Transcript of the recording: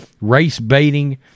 race-baiting